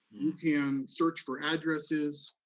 you can search for addresses,